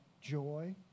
joy